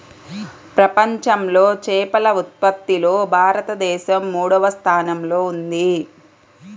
ప్రపంచంలో చేపల ఉత్పత్తిలో భారతదేశం మూడవ స్థానంలో ఉంది